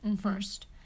first